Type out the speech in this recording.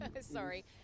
Sorry